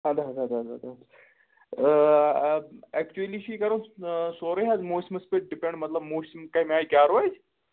اَدٕ حظ اَدٕ حظ اَدٕ حظ ایکچُلی چھِ یہِ کَرُن سورُے حظ موسمَس پٮ۪ٹھ ڈِپینٛڈ مطلب موسَم کَمہِ آے کیٛاہ روزِ